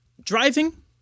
Driving